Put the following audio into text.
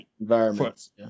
environments